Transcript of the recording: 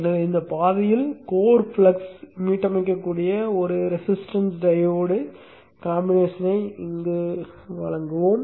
எனவே இந்த பாதையில் கோர் ஃப்ளக்ஸ் மீட்டமைக்கக்கூடிய ஒரு ரெசிஸ்டன்ஸ் டையோடு கலவையை இங்கு வழங்குவோம்